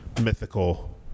mythical